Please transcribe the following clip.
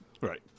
Right